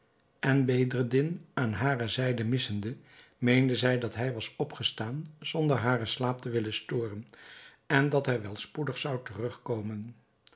en bedreddin aan hare zijde missende meende zij dat hij was opgestaan zonder haren slaap te willen storen en dat hij wel spoedig zou terugkomen